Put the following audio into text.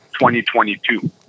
2022